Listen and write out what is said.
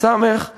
סאמח קרואני,